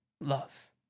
love